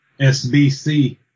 SBC